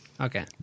Okay